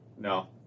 No